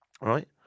right